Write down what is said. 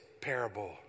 parable